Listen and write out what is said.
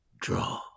Draw